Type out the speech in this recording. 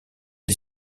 est